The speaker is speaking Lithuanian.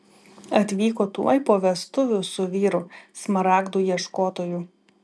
atvyko tuoj po vestuvių su vyru smaragdų ieškotoju